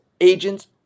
agents